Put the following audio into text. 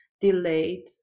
delayed